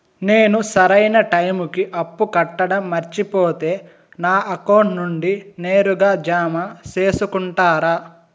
నేను సరైన టైముకి అప్పు కట్టడం మర్చిపోతే నా అకౌంట్ నుండి నేరుగా జామ సేసుకుంటారా?